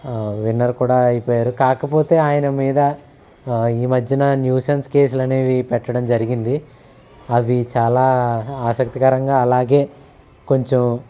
winner కూడా అయిపోయారు కాకపోతే ఆయన మీద ఈ మధ్యన న్యూసెన్స్ కేసులనేవి పెట్టడం జరిగింది అవి చాలా ఆసక్తికరంగా అలాగే కొంచెం